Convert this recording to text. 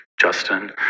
justin